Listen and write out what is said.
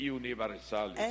universal